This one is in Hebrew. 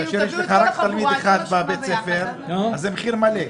כאשר יש לך רק תלמיד אחד בבית ספר זה מחיר מלא.